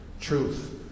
truth